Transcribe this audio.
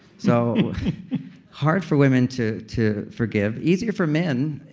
so hard for women to to forgive. easier for men,